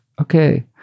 okay